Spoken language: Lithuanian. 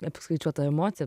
apskaičiuota emocija